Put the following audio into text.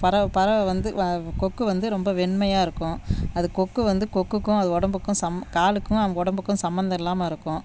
பறவை பறவை வந்து வ கொக்கு வந்து ரொம்ப வெண்மையாக இருக்கும் அது கொக்கு வந்து கொக்குக்கும் அது உடம்புக்கும் சம் காலுக்கும் அது உடம்புக்கு சம்பந்தம் இல்லாமல் இருக்கும்